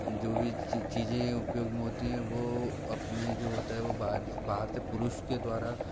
जो भी चीज़ें उपयोग में होती हैं वो अपने जो होता है वो बाहर बाहर से पुरुष के द्वारा